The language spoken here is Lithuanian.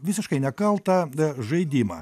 visiškai nekaltą žaidimą